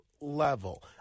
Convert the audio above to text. level